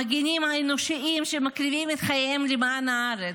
המגינים האנושיים שמקריבים את חייהם למען הארץ.